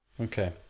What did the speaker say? Okay